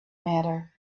matter